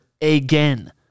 again